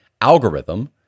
algorithm